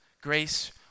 Grace